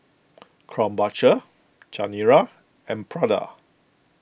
Krombacher Chanira and Prada